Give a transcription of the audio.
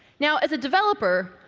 now, as a developer,